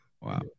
wow